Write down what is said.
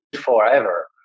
Forever